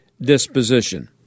Disposition